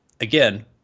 Again